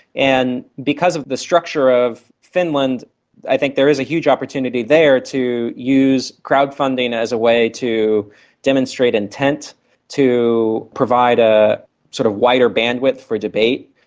and because of the structure of finland i think there is a huge opportunity there to use crowd-funding as a way to demonstrate intent to provide a sort of wider bandwidth for a debate,